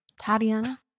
Tatiana